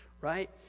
right